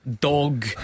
dog